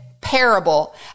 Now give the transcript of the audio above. parable